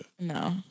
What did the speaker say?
No